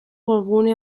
webgune